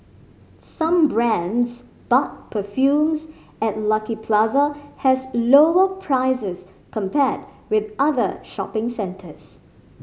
some brands but perfumes at Lucky Plaza has lower prices compared with other shopping centres